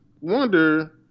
wonder